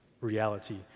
reality